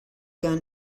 gun